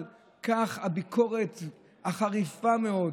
ועל כך הביקורת החריפה מאוד: